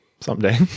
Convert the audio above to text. someday